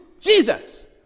Jesus